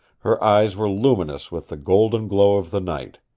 her eyes were luminous with the golden glow of the night.